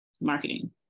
marketing